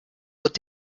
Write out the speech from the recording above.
wird